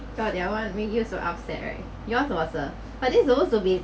but their [one] make you so upset right yours was a but this is supposed to be